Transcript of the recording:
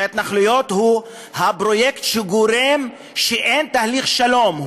כשההתנחלויות הן הפרויקט שגורם שאין תהליך שלום,